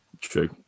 true